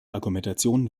argumentation